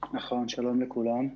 שלום לכולם.